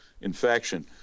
infection